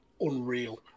unreal